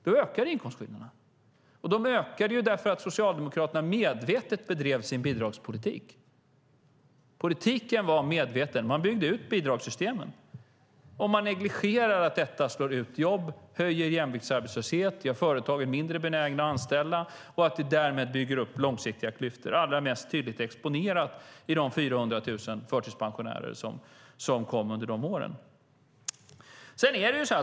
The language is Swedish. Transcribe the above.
Då ökade inkomstskillnaderna, och de ökade därför att Socialdemokraterna medvetet bedrev sin bidragspolitik. Politiken var medveten. Man byggde ut bidragssystemen, och man negligerar att detta slår ut jobb, höjer jämviktsarbetslösheten, gör företagen mindre benägna att anställa och därmed bygger upp långsiktiga klyftor. Det är allra mest tydligt exponerat i de 400 000 förtidspensionärer som kom under de åren.